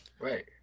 Right